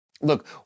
Look